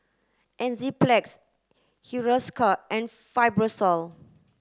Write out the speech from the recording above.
Enzyplex Hiruscar and Fibrosol